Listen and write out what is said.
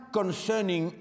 concerning